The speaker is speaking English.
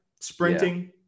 sprinting